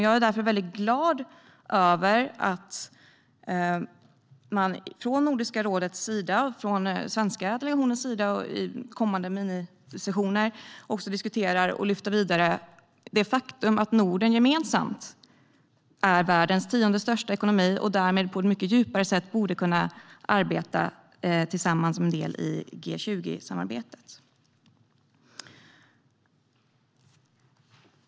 Jag är därför mycket glad över att man från Nordiska rådets och den svenska delegationens sida i kommande minisessioner också diskuterar och lyfter vidare det faktum att Norden gemensamt är världens tionde största ekonomi och därmed på ett mycket djupare sätt borde kunna arbeta tillsammans som en del i G20-samarbetet.